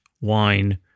wine